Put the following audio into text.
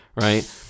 right